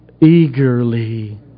eagerly